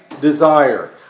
desire